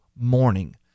morning